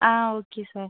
ah okay sir